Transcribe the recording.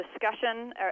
discussion